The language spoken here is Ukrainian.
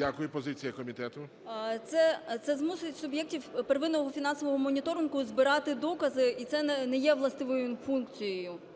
О.М. Це змусить суб'єктів первинного фінансового моніторингу збирати докази і це не є властивою їм функцією. ГОЛОВУЮЧИЙ.